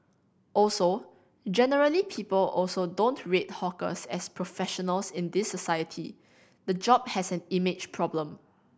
also generally people also don't rate hawkers as professionals in this society the job has an image problem